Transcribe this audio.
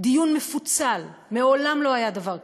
דיון מפוצל, מעולם לא היה דבר כזה.